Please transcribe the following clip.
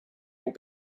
will